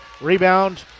Rebound